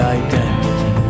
identity